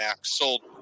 sold